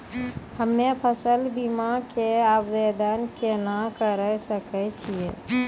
हम्मे फसल बीमा के आवदेन केना करे सकय छियै?